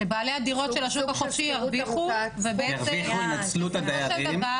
שבעלי הדירות של השוק החופשי ירוויחו ובעצם בסופו של דבר,